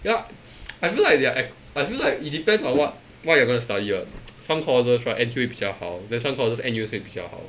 ya I feel like they are act~ I feel like it depends on what what you're gonna study what some causes right N_T_U 会比较好 then some courses N_U_S 会比较好